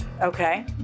Okay